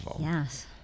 yes